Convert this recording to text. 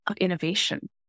innovation